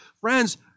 Friends